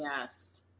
yes